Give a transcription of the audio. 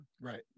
right